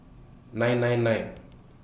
nine nine nine